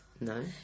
No